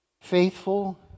faithful